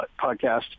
podcast